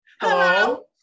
Hello